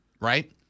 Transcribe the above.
right